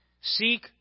Seek